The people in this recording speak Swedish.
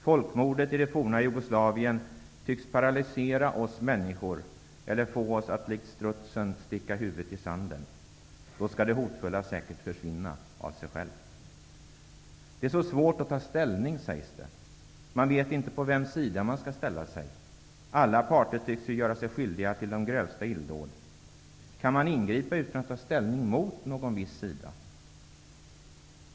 Folkmordet i det forna Jugoslavien tycks paralysera oss människor eller få oss att likt strutsen sticka huvudet i sanden. Då skall det hotfulla säkert försvinna av sig självt. Det är så svårt att ta ställning, sägs det. Man vet inte på vems sida man skall ställa sig -- alla parter tycks ju göra sig skyldiga till de grövsta illdåd. Kan man ingripa utan att ta ställning mot någon viss sida?